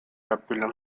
rappelant